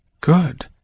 Good